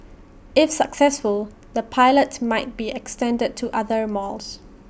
if successful the pilots might be extended to other malls